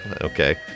Okay